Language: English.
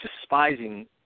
despising